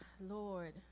Lord